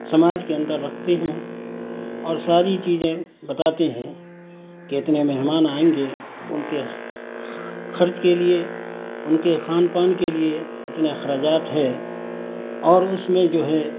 سماج کے اندر رکھتے ہیں اور ساری چیزیں بتاتے ہیں کہ اتنے مہمان آئیں گے ان کے خرچ کے لیے ان کے خوان پان کے لیے اتنا اخراجات ہے اور اس میں جو ہے